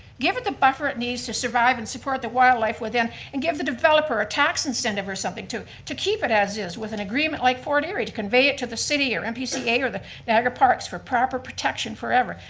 give it the buffer it needs to survive and support the wildlife within, and give the developer a tax incentive or something to to keep it as is. with an agreement like fore-dairy to convey it to the city or npca or the niagara parks for proper protection forever.